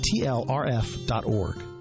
tlrf.org